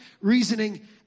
reasoning